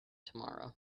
tomorrow